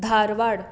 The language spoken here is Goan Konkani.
धारवाड